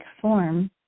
form